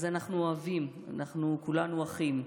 אנחנו אוהבים, אנחנו כולנו אחים.